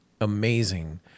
amazing